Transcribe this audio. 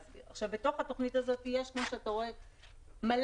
בתוכנית הזו יש מלא נושאים.